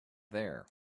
there